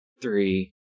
three